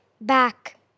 back